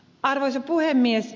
arvoisa puhemies